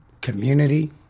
community